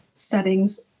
settings